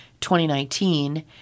2019